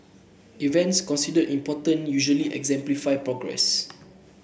events considered important usually exemplify progress